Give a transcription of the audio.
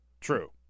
True